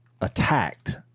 attacked